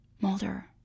Mulder